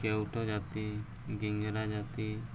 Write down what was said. କେଉଁଟ ଜାତି ଗିଙ୍ଗରା ଜାତି